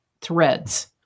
threads